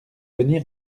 venir